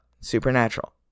supernatural